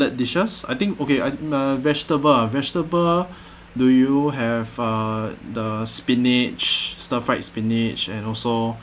dishes I think okay I um vegetable vegetable do you have uh the spinach stir fried spinach and also